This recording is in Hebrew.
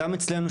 גם אצלנו,